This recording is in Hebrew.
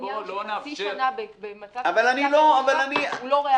העניין של חצי שנה במצב כזה הוא לא ריאלי.